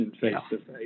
face-to-face